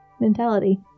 mentality